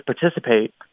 participate